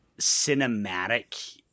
cinematic